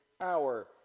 hour